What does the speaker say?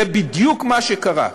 זה בדיוק מה שקרה.